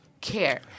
care